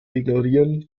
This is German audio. ignorieren